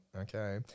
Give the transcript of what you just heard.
okay